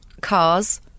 Cars